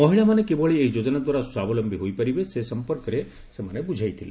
ମହିଳାମାନେ କିଭଳି ଏହି ଯୋଜନାଦ୍ୱାରା ସ୍ୱାବଲମ୍ୟୀ ହୋଇପାରିବେ ସେ ସମ୍ପର୍କରେ ବୁଝାଇଥିଲେ